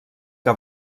que